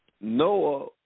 Noah